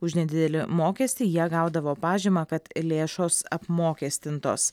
už nedidelį mokestį jie gaudavo pažymą kad lėšos apmokestintos